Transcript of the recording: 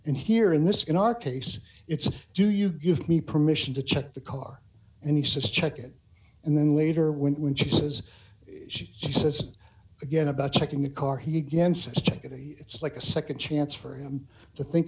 and here in this in our case it's do you give me permission to check the car and he says check it and then later when she says she says again about checking the car he again said it's like a nd chance for him to think